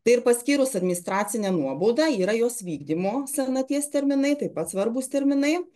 tai ir paskyrus administracinę nuobaudą yra jos vykdymo senaties terminai taip pat svarbūs terminai